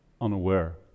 unaware